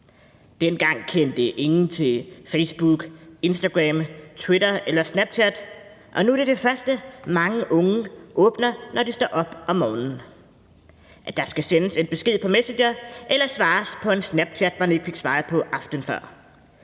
Dengang kendte ingen til Facebook, Instagram, Twitter eller Snapchat, og nu er det det første, mange unge åbner, når de står op om morgenen. Der skal sendes en besked på Messenger eller svares på en Snapchat, man ikke fik svaret på aftenen før.